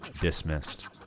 dismissed